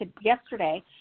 yesterday